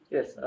Yes